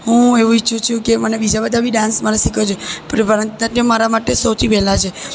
હું એવું ઈચ્છું છું કે મને બીજા બધા બી ડાન્સ મારે શીખવા જોઈએ ભરત નાટ્યમ મારા માટે સૌથી પહેલાં છે